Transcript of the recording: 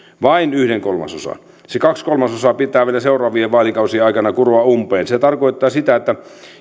vain yhden kolmasosan se kaksi kolmasosaa pitää vielä seuraavien vaalikausien aikana kuroa umpeen se tarkoittaa sitä että